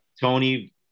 Tony